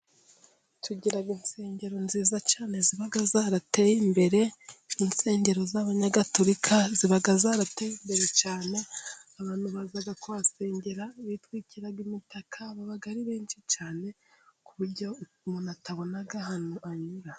Tugira insengero nziza cyane ziba zarateye imbere, insengero z'abanyagaturika ziba zarateye imbere cyane, abantu baza kuhasengera, bitwikira imitaka, baba ari benshi cyane, ku buryo umuntu atabona ahantu anyura.